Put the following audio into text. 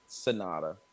Sonata